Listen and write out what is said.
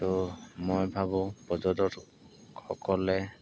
ত' মই ভাবোঁ পৰ্যটকসকলে